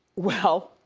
well,